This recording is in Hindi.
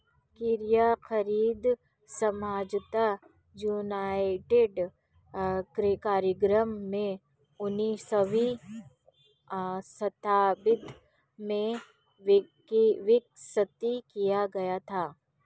किराया खरीद समझौता यूनाइटेड किंगडम में उन्नीसवीं शताब्दी में विकसित किया गया था